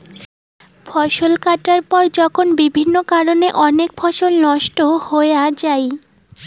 ফসল কাটার পর যখন বিভিন্ন কারণে অনেক ফসল নষ্ট হয়া যাই